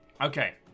Okay